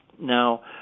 Now